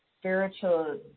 spiritual